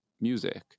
music